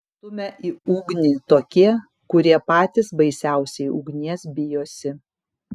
stumia į ugnį tokie kurie patys baisiausiai ugnies bijosi